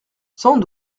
sans